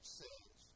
says